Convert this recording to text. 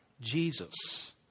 Jesus